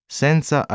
senza